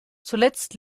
zuletzt